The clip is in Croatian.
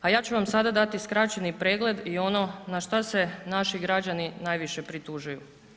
A ja ću vam sada dati skraćeni pregled i ono na šta se naši građani najviše pritužuju.